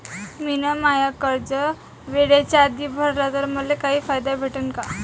मिन माय कर्ज वेळेच्या आधी भरल तर मले काही फायदा भेटन का?